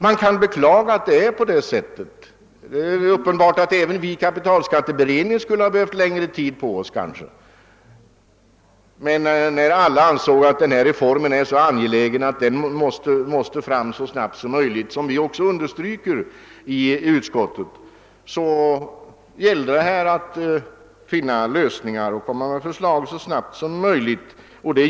Man kan beklaga att det är på detta sätt — även vi i kapitalskatteberedningen kunde ha behövt längre tid på oss — men alla har ansett att denna reform är så angelägen att den måste genomföras så snabbt som möjligt. Detta understrykes också i utskottets betänkande. Det gällde alltså att finna lösningar och framlägga förslag så snabbt som möjligt.